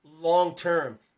long-term